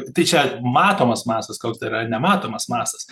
tai čia matomas mastas koks dar yra ir nematomas mastas